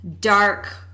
dark